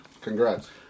Congrats